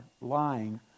Lying